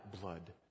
blood